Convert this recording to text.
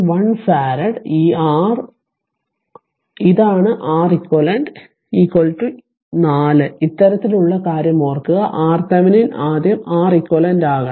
1 farad ഈ R ഇതാണ് Req 4 ഇത്തരത്തിലുള്ള കാര്യം ഓർക്കുക R Thevenin ആദ്യം R equivalent ആകണം